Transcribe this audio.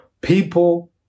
people